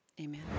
amen